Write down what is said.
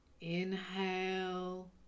Inhale